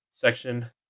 section